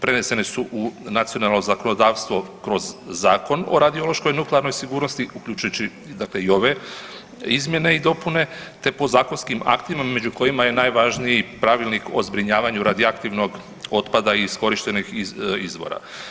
Prenesene su u nacionalno zakonodavstvo kroz Zakon o radiološkoj nuklearnoj sigurnosti, uključujući, dakle i ove izmjene i dopune te podzakonskim aktima među kojima je najvažniji pravilnik o zbrinjavanju radioaktivnog otpada iskorištenih izvora.